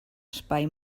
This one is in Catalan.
espai